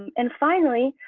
and finally,